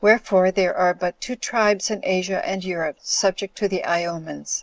wherefore there are but two tribes in asia and europe subject to the iomans,